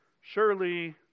Surely